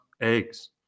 eggs